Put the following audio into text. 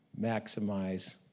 maximize